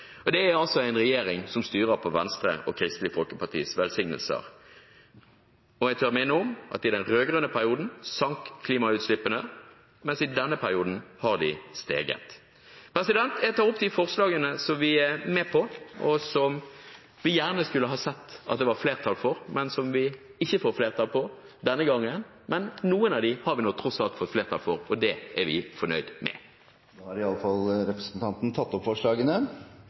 og det er altså en regjering som styrer med Venstres og Kristelig Folkepartis velsignelse. Jeg tør minne om at i den rød-grønne perioden sank klimautslippene, mens i denne perioden har de steget. Jeg tar opp de forslagene vi er med på, og som vi gjerne skulle ha sett at det var flertall for, men som vi ikke får flertall for denne gangen. Men noen av dem har vi tross alt fått flertall for, og det er vi fornøyd med. Representanten Heikki Eidsvoll Holmås har tatt opp de forslagene